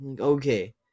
Okay